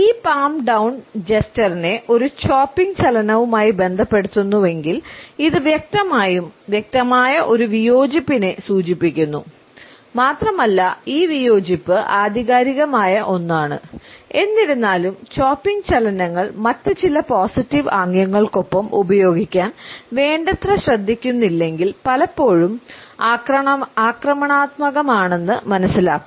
ഈ palm down ചലനങ്ങൾ മറ്റ് ചില പോസിറ്റീവ് ആംഗ്യങ്ങൾക്കൊപ്പം ഉപയോഗിക്കാൻ വേണ്ടത്ര ശ്രദ്ധിക്കുന്നില്ലെങ്കിൽ പലപ്പോഴും ആക്രമണാത്മകമാണെന്ന് മനസ്സിലാക്കാം